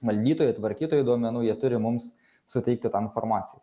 valdytojai tvarkytojai duomenų jie turi mums suteikti tą informaciją